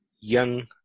young